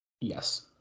Yes